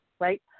Right